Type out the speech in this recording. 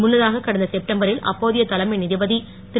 முன்னதாக கடந்த செப்டம்பரில் அப்போதைய தலைமை நீதிபதி திரு